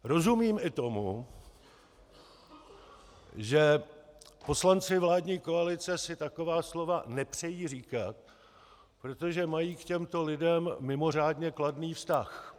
Rozumím i tomu, že poslanci vládní koalice si taková slova nepřejí říkat, protože mají k těmto lidem mimořádně kladný vztah.